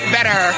Better